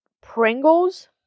Pringles